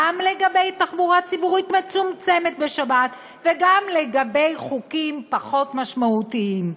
גם לגבי תחבורה ציבורית מצומצמת בשבת וגם לגבי חוקים פחות משמעותיים.